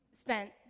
spent